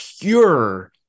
pure